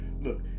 Look